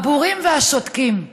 הבורים והשותקים,